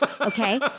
okay